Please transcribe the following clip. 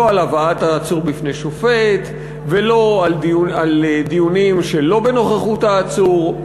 לא על הבאת העצור בפני שופט ולא על דיונים שלא בנוכחות העצור,